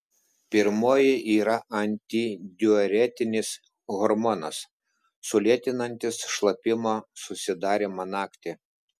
pirmoji yra antidiuretinis hormonas sulėtinantis šlapimo susidarymą naktį